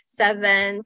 seven